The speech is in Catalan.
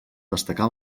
destacar